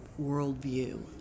worldview